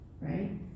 Right